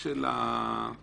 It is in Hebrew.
רוב